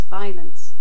violence